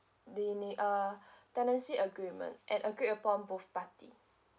they need uh tenancy agreement and agreed upon both party